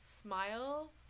smile